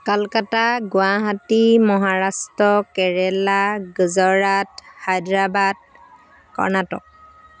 Kolkata Guwahati Maharashtra Kerala Gujarat Hyderabad Karnataka